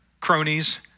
cronies